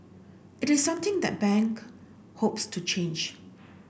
it is something that bank hopes to change